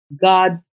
God